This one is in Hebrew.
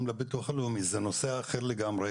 לביטוח הלאומי זה נושא אחר לגמרי,